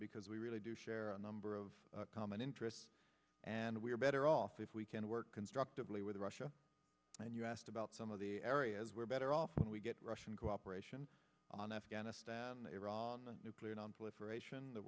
because we really do share a number of common interests and we are better off if we can work constructively with russia and you asked about some of the areas we're better off and we get russian cooperation on afghanistan iran nuclear